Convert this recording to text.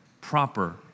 proper